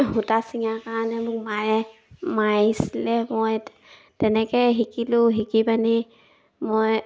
সূতা চিঙাৰ কাৰণে মোক মায়ে মাৰিছিলে মই তেনেকৈ শিকিলোঁ শিকি পিনি মই